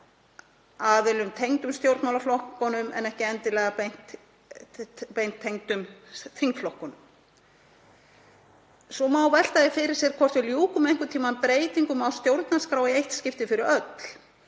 aðilum tengdum stjórnmálaflokkunum en ekki endilega beintengdum þingflokkunum. Svo má velta fyrir sér hvort við ljúkum einhvern tímann breytingum á stjórnarskrá í eitt skipti fyrir öll.